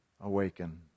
awaken